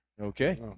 okay